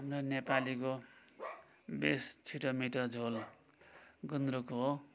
हाम्रो नेपालीको बेस्ट छिटो मिठो झोल गुन्द्रुक हो